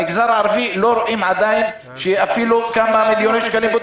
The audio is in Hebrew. למגזר הערבי לא רואים עדיין שאפילו כמה מיליוני שקלים --- אנא,